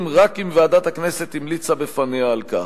רק אם ועדת הכנסת המליצה בפניה על כך.